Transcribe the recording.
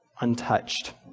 untouched